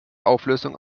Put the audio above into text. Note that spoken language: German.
auflösung